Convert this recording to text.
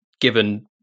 given